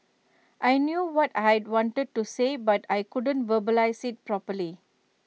I knew what I wanted to say but I couldn't verbalise IT properly